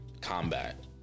combat